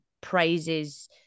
praises